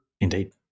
Indeed